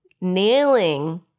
nailing